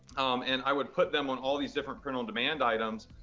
and i would put them on all of these different print-on-demand items,